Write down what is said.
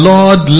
Lord